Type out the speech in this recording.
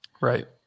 Right